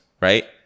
right